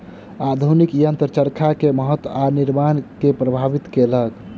आधुनिक यंत्र चरखा के महत्त्व आ निर्माण के प्रभावित केलक